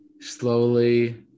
slowly